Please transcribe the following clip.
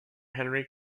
henry